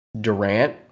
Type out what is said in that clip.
Durant